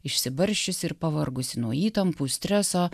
išsibarsčiusį ir pavargusį nuo įtampų streso